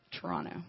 Toronto